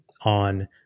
on